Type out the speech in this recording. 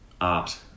art